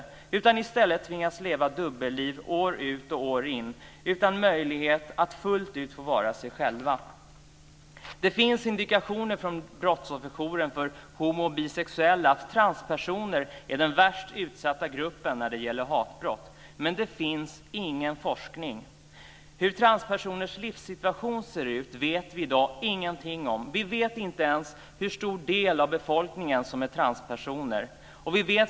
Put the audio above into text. De tvingas i stället att leva dubbelliv år ut och år in utan möjlighet att fullt ut får vara sig själva. Det finns indikationer från brottsofferjouren för homo och bisexuella att transpersoner är den värst utsatta gruppen när det gäller hatbrott. Men det finns ingen forskning. Hur transpersoners livssituation ser ut vet vi i dag ingenting om. Vi vet inte ens hur stor del av befolkningen som är transpersoner.